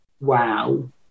wow